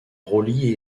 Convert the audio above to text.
roulis